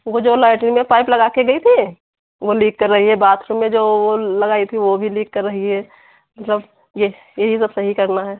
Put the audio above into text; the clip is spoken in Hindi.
वो जो लैट्रीन में पाइप लगा के गई थी वो लीक कर रही है बाक्स में जो ओ लगाई थी वो भी लीक कर रही है जो ये यही सब सही करना है